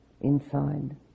inside